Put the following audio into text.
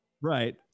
Right